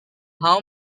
how